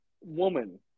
woman